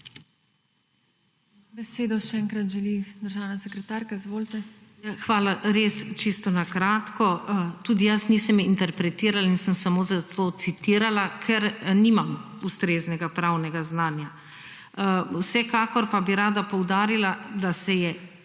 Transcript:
Besedo še enkrat želi državna sekretarka. Izvolite. **DR. IGNACIJA FRIDL JARC:** Hvala. Res čisto na kratko. Tudi jaz nisem interpretirala in sem samo zato citirala, ker nimam ustreznega pravnega znanja. Vsekakor pa bi rada poudarila, da je